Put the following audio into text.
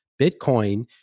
Bitcoin